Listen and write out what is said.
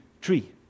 tree